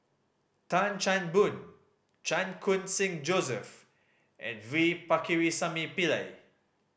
Tan Chan Boon Chan Khun Sing Joseph and V Pakirisamy Pillai